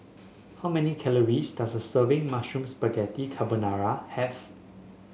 how many calories does a serving Mushroom Spaghetti Carbonara have